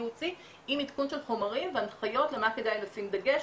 עם עדכון של חומרים והנחיות על מה כדאי לשים דגש.